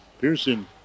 Pearson